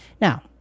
Now